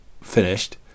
finished